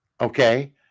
Okay